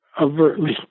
overtly